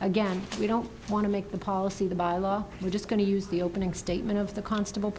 again we don't want to make the policy by law we're just going to use the opening statement of the constable